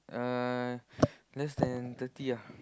uh less then thirty ah